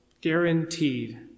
Guaranteed